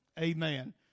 Amen